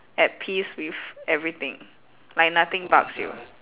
at peace with everything like nothing bugs you